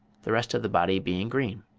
the rest of the body being green.